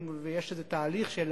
ויש איזה תהליך של,